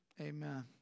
Amen